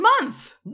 month